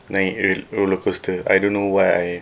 like r~ roller coaster I don't know why I